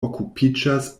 okupiĝas